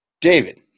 David